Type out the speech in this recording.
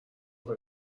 خوای